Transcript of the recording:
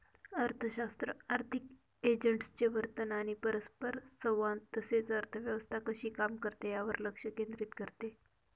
अर्थशास्त्र आर्थिक एजंट्सचे वर्तन आणि परस्परसंवाद तसेच अर्थव्यवस्था कशी काम करते यावर लक्ष केंद्रित करते